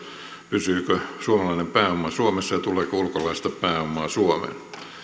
pysyykö suomalainen pääoma suomessa ja tuleeko ulkolaista pääomaa suomeen